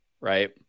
right